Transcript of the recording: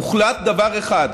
הוחלט דבר אחד: